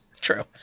True